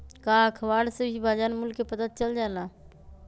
का अखबार से भी बजार मूल्य के पता चल जाला?